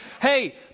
hey